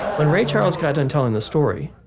when ray charles got done telling the story,